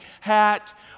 hat